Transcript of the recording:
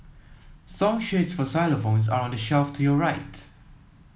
song sheets for xylophones are on the shelf to your right